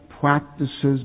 practices